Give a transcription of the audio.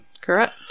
Correct